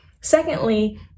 Secondly